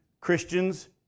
Christians